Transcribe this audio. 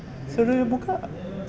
suruh dia buka